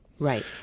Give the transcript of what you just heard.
Right